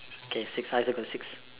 okay six I also got six